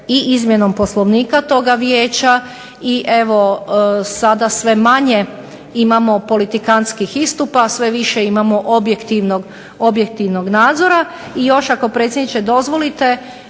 i izmjenom poslovnika toga vijeća i evo sada sve manje imamo politikantskih istupa, sve više imamo objektivnog nadzora. I još ako predsjedniče dozvolite,